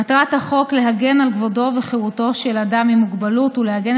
מטרת החוק להגן על כבודו וחירותו של אדם עם מוגבלות ולעגן